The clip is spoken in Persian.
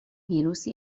ویروسی